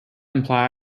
imply